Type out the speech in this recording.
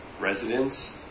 residents